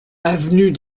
avenue